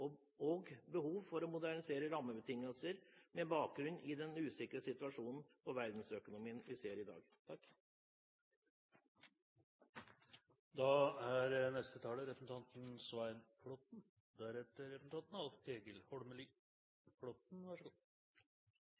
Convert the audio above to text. det er behov for en helhetlig presentasjon av industriens utfordringer, og behov for å modernisere rammebetingelser med bakgrunn i den usikre situasjonen for verdensøkonomien vi ser i dag.